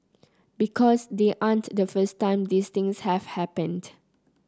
because they aren't the first time these things have happened